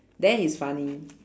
then is funny